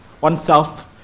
oneself